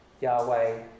Yahweh